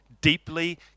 deeply